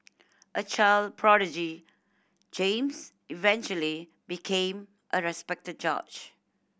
a child prodigy James eventually became a respected judge